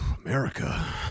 America